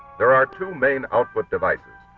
there are two main output devices,